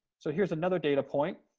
so here's another data point.